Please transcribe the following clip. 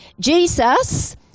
Jesus